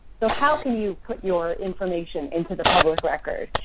so, how can you put your information into the public record?